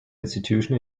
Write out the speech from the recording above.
institution